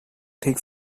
take